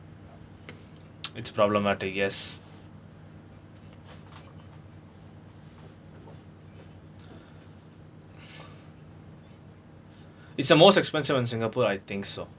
it's problematic yes it's the most expensive in singapore I think so